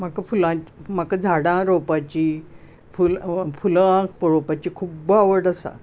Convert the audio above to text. म्हाका फुलां म्हाका झाडां रोंवपाची फुलां पळोवपाची खूब्ब आवड आसा